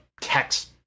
text